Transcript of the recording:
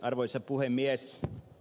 arvoisa puhemies